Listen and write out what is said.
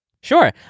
Sure